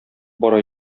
бара